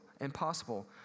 impossible